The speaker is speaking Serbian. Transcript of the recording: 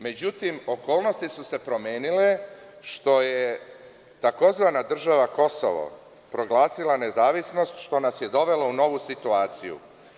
Međutim, okolnosti su se promenile, što je tzv. država Kosovo proglasila nezavisnost, što nas je dovelo u novu situaciju.